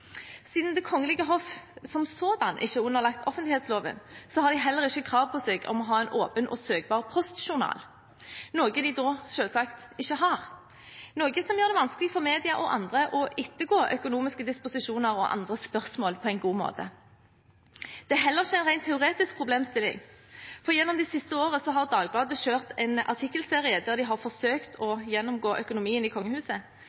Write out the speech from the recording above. Siden Det kongelige hoff som sådan ikke er underlagt offentlighetsloven, har de heller ikke krav på seg til å ha en åpen og søkbar postjournal, noe de selvsagt da ikke har. Det gjør det vanskelig for mediene og andre å ettergå økonomiske disposisjoner og andre spørsmål på en god måte. Dette er heller ikke en teoretisk problemstilling, for gjennom de siste årene har Dagbladet kjørt en artikkelserie der de har forsøkt å gjennomgå økonomien i